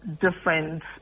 different